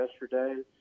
yesterday